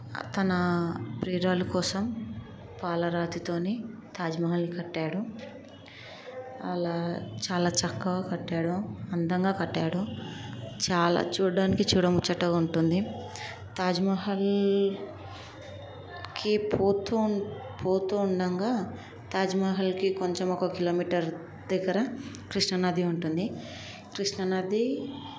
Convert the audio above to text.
తన ప్రియురాలు కోసం పాలరాతితో తాజ్మహల్ కట్టాడు అలా చాలా చక్కగా కట్టాడు అందంగా కట్టాడు చాలా చూడటానికి చూడముచ్చటగా ఉంటుంది తాజ్మహల్కి పోతూ పోతూ ఉండగా తాజ్మహల్కి కొంచెం ఒక కిలోమీటర్ దగ్గర కృష్ణానది ఉంటుంది కృష్ణానది